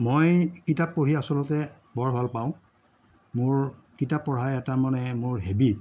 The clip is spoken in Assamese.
মই কিতাপ পঢ়ি আচলতে বৰ ভাল পাওঁ মোৰ কিতাপ পঢ়া এটা মানে মোৰ হেবিট